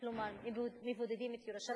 כלומר מבודדים את ירושלים